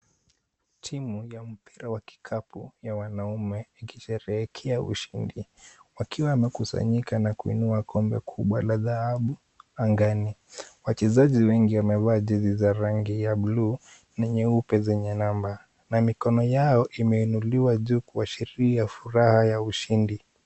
Timu ya mpira wa kikapu ya wanaume ikisherehekea ushindi, wakiwa wamekusanyika na kuinua kombe kuwa la dhahabu angani. Wachezaji wengi wamevaa jezi za rangi ya buluu na nyeupe zenye namba na mikono yao imeinuliwa juu kuashiria furaha ya ushindi.